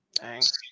Thanks